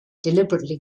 deliberately